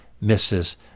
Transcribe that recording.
misses